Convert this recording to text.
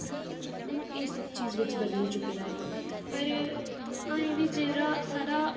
हून इस चीज बिच बदली चुके दा ऐ पर ऐहीं बी जेह्ड़ा साढ़ा